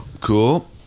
Cool